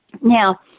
Now